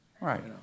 Right